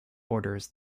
orders